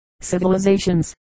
civilizations